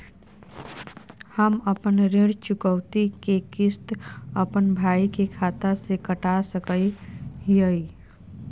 हम अपन ऋण चुकौती के किस्त, अपन भाई के खाता से कटा सकई हियई?